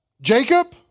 Jacob